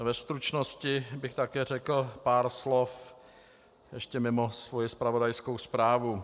Ve stručnosti bych také řekl pár slov ještě mimo svoji zpravodajskou zprávu.